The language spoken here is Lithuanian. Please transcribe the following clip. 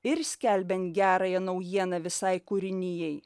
ir skelbiant gerąją naujieną visai kūrinijai